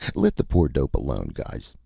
let the poor dope alone, guys.